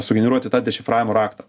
sugeneruoti tą dešifravimo raktą